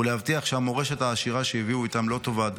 ולהבטיח שהמורשת העשירה שהביאו איתם לא תאבד,